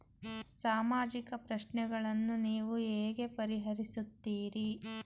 ಸಾಮಾಜಿಕ ಪ್ರಶ್ನೆಗಳನ್ನು ನೀವು ಹೇಗೆ ಪರಿಹರಿಸುತ್ತೀರಿ?